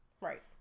right